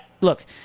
look –